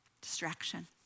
distraction